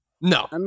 No